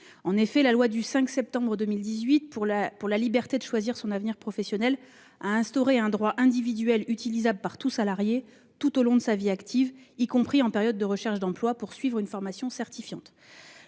En effet, la loi du 5 septembre 2018 pour la liberté de choisir son avenir professionnel a instauré un droit individuel utilisable par tout salarié, tout au long de sa vie active, y compris en période de recherche d'emploi, pour suivre une formation certifiante.